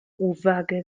uwagę